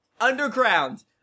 underground